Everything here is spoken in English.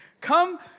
come